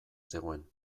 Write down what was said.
zegoen